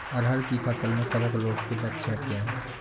अरहर की फसल में कवक रोग के लक्षण क्या है?